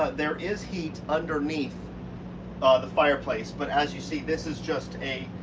there is heat underneath the fireplace, but as you see, this as just a,